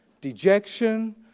dejection